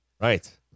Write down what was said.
right